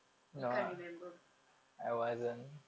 you can't remember